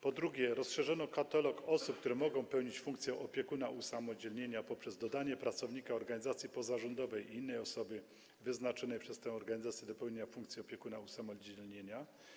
Po drugie, rozszerzono katalog osób, które mogą pełnić funkcję opiekuna usamodzielnienia, poprzez dodanie pracownika organizacji pozarządowej i innej osoby wyznaczonej przez tę organizację do pełnienia funkcji opiekuna usamodzielnienia.